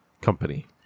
company